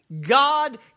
God